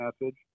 message